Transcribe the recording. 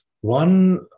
one